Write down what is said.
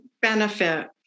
benefit